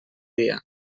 dia